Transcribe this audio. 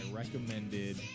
recommended